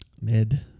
Mid